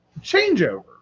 changeover